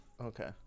Okay